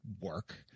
work